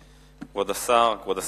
כבוד השר, כבוד השרים,